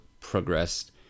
progressed